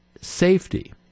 safety